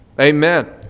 Amen